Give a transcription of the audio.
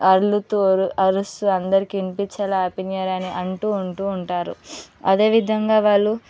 అల్లుతు అరుస్తూ అందరికి వినిపించేలా హ్యాపీ న్యూ ఇయర్ అని అంటూ ఉంటూ ఉంటారు అదేవిధంగా వాళ్ళు